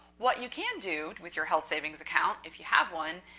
what you can do with your health savings account, if you have one,